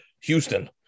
Houston